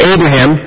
Abraham